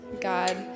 God